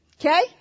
Okay